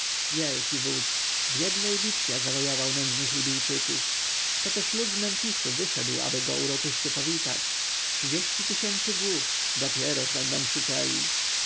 wielki wódz w jednej bitwie zawojował nędznych libijczyków to też lud z memfisu wyszedł aby go uroczyście powitać trzydzieści tysięcy głów dopieroż będą krzyczeli